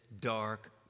dark